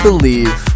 believe